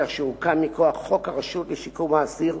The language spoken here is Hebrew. אשר הוקם מכוח חוק הרשות לשיקום האסיר,